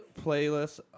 playlists